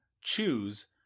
choose